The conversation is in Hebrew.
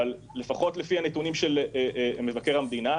אבל לפחות לפי הנתונים של מבקר המדינה,